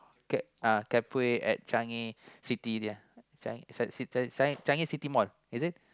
Cap~ Capri at Changi City there Changi City Mall is it